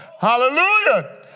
Hallelujah